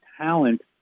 talent